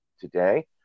today